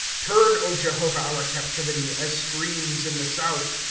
turn, jehovah, our captivity. as sti'eams in the south,